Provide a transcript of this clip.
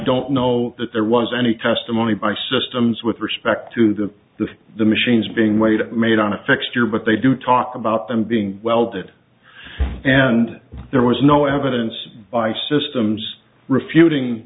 don't know that there was any testimony by systems with respect to the the the machines being weighed made on a fixture but they do talk about them being well that and there was no evidence by systems refuting